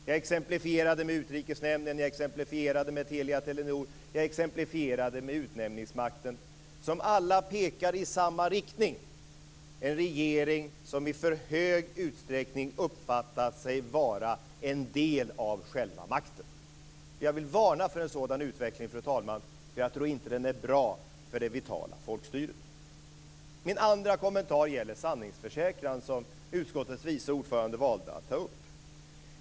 Jag exemplifierade med Utrikesnämnden, jag exemplifierade med Telia-Telenor, jag exemplifierade med utnämningsmakten, som alla pekar i samma riktning, dvs. en regering som i för hög utsträckning har uppfattat sig vara en del av själva makten. Jag vill varna för en sådan utveckling, fru talman, för jag tror inte att den är bra för det vitala folkstyret. Min andra kommentar gäller sanningsförsäkran, som utskottets vice ordförande valde att ta upp.